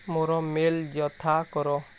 ମୋର ମେଲ୍ ଯଥା କର